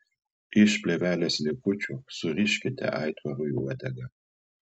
iš plėvelės likučių suriškite aitvarui uodegą